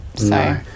No